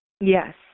Yes